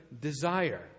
desire